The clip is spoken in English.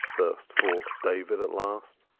burst forth david at last.